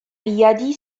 riadi